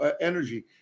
energy